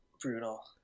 brutal